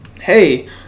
hey